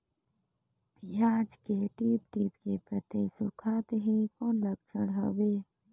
पियाज के टीप टीप के पतई सुखात हे कौन लक्षण हवे?